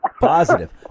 Positive